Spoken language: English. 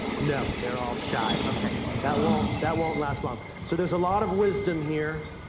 no, they're all shy. ok, that won't that won't last long. so there's a lot of wisdom here.